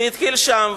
זה התחיל שם,